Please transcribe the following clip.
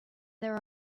there